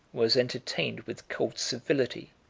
was entertained with cold civility,